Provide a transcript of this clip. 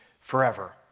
forever